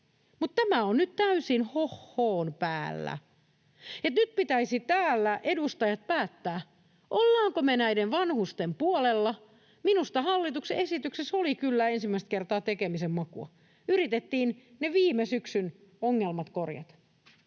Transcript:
Mutta tämä on nyt täysin hohhoon päällä. Nyt pitäisi täällä edustajien päättää, ollaanko me näiden vanhusten puolella. Minusta hallituksen esityksessä oli kyllä ensimmäistä kertaa tekemisen makua. Yritettiin ne viime syksyn ongelmat korjata,